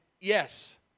yes